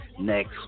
Next